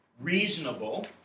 reasonable